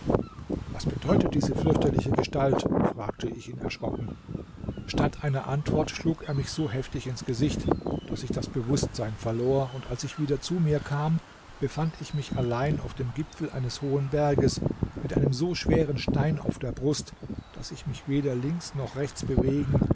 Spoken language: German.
was bedeutet diese fürchterliche gestalt fragte ich ihn erschrocken statt einer antwort schlug er mich so heftig ins gesicht daß ich das bewußtsein verlor und als ich wieder zu mir kam befand ich mich allein auf dem gipfel eines hohen berges mit einem so schweren stein auf der brust daß ich mich weder links noch rechts bewegen